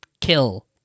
kill